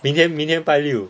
明天明天拜六